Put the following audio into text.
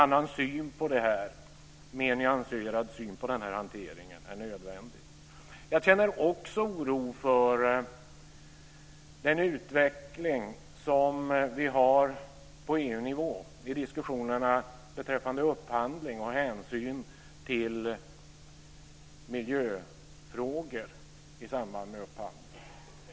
En annan, mer nyanserad syn på denna hantering är nödvändig. Jag känner också oro för den utveckling som vi har på EU-nivå i diskussionerna beträffande upphandling och hänsyn till miljöfrågor i samband med upphandling.